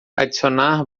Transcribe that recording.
adicionar